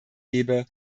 gäbe